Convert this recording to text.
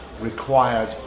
required